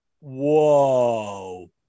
Whoa